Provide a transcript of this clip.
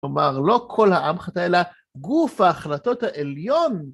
כלומר, לא כל העם חטא, אלא גוף ההחלטות העליון,